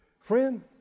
Friend